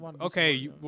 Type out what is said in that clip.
Okay